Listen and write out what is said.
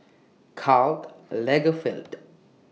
Karl Lagerfeld